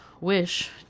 wish